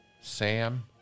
Sam